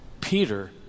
Peter